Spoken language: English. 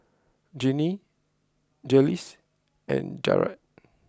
Ginny Jiles and Jarett